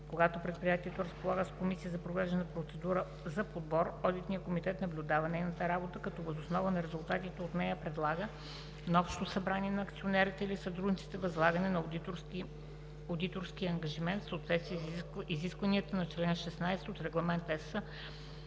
когато предприятието разполага с комисия за провеждане на процедура за подбор, одитният комитет наблюдава нейната работа, като въз основа на резултатите от нея предлага на общото събрание на акционерите или съдружниците възлагане на одиторския ангажимент в съответствие с изискванията на чл. 16 от Регламент